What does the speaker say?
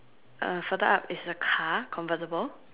uh further up is the car convertible